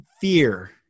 fear